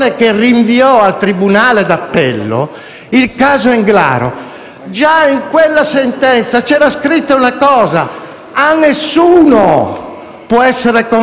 Già in quella sentenza c'era scritto che a nessuno può essere consentito di sospendere nutrizione e idratazione artificiali,